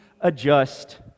adjust